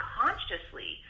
consciously